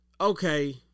okay